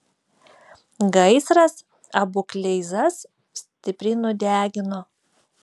gaisras abu kleizas stipriai nudegino